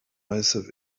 myself